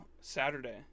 Saturday